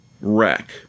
wreck